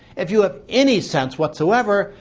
if you have any sense whatsoever,